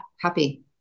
happy